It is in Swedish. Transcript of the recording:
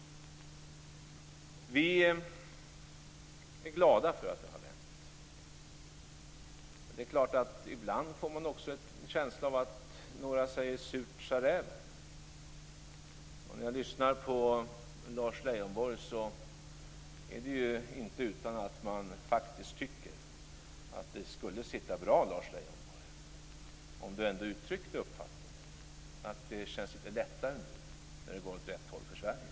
Vi är glada för att det har vänt. Men det är klart att ibland får man en känsla av "surt sa räven". När man lyssnar på Lars Leijonborg, är det ju inte utan att man faktiskt tycker att det skulle sitta bra om Lars Leijonborg ändå uttryckte uppfattningen att det känns litet lättare nu när det går åt rätt håll för Sverige.